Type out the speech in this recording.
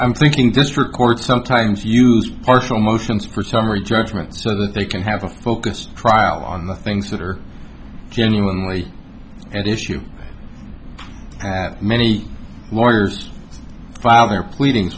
i'm thinking district court sometimes use partial motions for summary judgment so that they can have a focused trial on the things that are genuinely at issue that many lawyers file their pleading